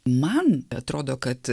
man atrodo kad